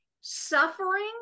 Suffering